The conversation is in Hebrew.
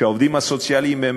והעובדים הסוציאליים הם